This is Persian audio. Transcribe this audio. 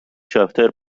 شاطر